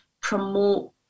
promote